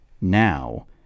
now